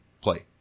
play